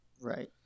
Right